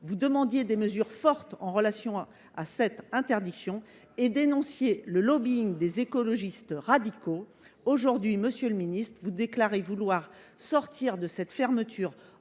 vous demandiez des mesures fortes en lien avec cette interdiction et dénonciez le lobbying des écologistes radicaux. Aujourd’hui, monsieur le ministre, vous déclarez vouloir « sortir de cette fermeture